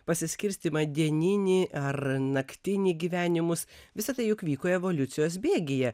pasiskirstymą dieninį ar naktinį gyvenimus visa tai juk vyko evoliucijos bėgyje